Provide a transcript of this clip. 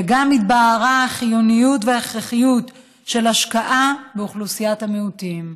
וגם התבהרה החיוניות וההכרחיות של השקעה באוכלוסיית המיעוטים.